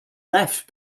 left